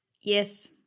Yes